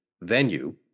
venue